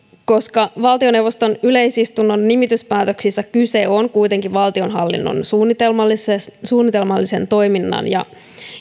koska valtioneuvoston yleisistunnon nimityspäätöksissä kyse on kuitenkin valtionhallinnon suunnitelmallisen suunnitelmallisen toiminnan ja